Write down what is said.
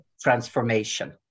transformation